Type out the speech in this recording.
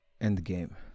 Endgame